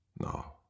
No